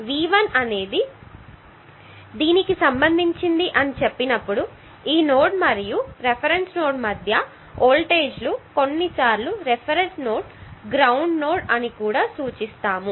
V1 అనేది దీనికి సంబంధించినది అని చెప్పినప్పుడు ఈ నోడ్ మరియు ఈ రిఫరెన్స్ నోడ్ మధ్య వోల్టేజ్ కొన్నిసార్లు రిఫరెన్స్ నోడ్ను గ్రౌండ్ నోడ్ అని కూడా సూచిస్తారు